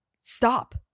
stop